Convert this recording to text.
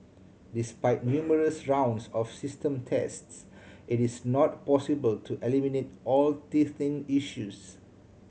despite numerous rounds of system tests it is not possible to eliminate all teething issues